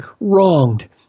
wronged